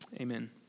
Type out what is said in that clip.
Amen